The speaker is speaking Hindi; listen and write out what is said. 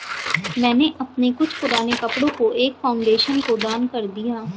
मैंने अपने कुछ पुराने कपड़ो को एक फाउंडेशन को दान कर दिया